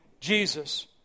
Jesus